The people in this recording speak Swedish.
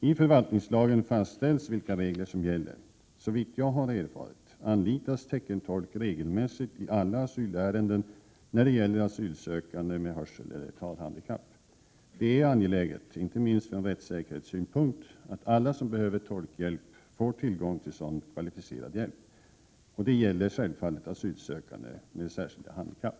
I förvaltningslagen fastställs vilka regler som gäller. Såvitt jag har erfarit anlitas teckenspråkstolk regelmässigt i alla asylärenden när det gäller asylsökande med hörseleller talhandikapp. Det är angeläget, inte minst från rättssäkerhetssynpunkt, att alla som behöver tolkhjälp får tillgång till sådan kvalificerad hjälp. Detta gäller självfallet asylsökande med särskilda handikapp.